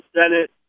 senate